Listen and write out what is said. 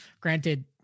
granted